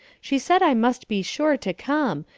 she said i must be sure to come,